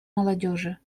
молодежи